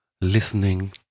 listening